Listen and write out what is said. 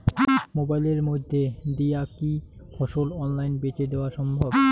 মোবাইলের মইধ্যে দিয়া কি ফসল অনলাইনে বেঁচে দেওয়া সম্ভব?